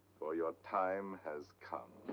for your time has come.